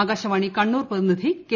ആകാശവാണി കണ്ണൂർ പ്രതിനിധി കെ